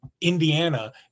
Indiana